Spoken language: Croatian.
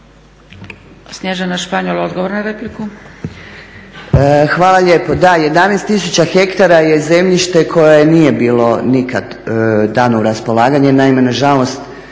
Snježana Španjol, odgovor na repliku. **Španjol, Snježana** Hvala lijepo. Da, 11 tisuća hektara je zemljište koje nije bilo nikad dano u raspolaganje.